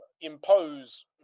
impose